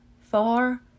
Far